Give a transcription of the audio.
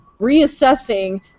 reassessing